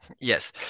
yes